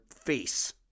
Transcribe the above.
face